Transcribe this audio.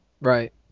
Right